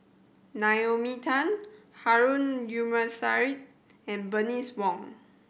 Naomi Tan Harun and Bernice Wong